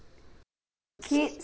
kids